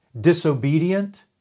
disobedient